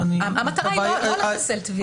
המטרה היא לא לחסל תביעות.